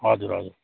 हजुर हजुर